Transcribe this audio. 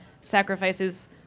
sacrifices